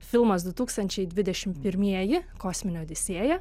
filmas du tūkstančiai dvidešimt pirmieji kosminė odisėja